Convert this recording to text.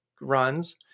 runs